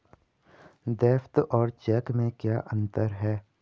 Draft और cheque में क्या अंतर है?